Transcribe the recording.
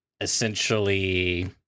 essentially